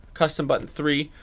custom button three,